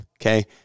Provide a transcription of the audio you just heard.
Okay